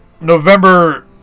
November